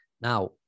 Now